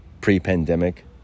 pre-pandemic